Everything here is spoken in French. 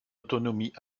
autonomie